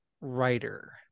writer